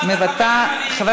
חבר